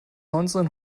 neunzehn